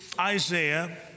Isaiah